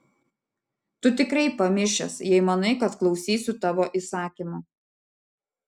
tu tikrai pamišęs jei manai kad klausysiu tavo įsakymų